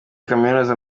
kaminuza